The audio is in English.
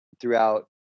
throughout